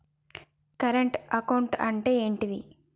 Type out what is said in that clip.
Current account అంటే ఏంటిది?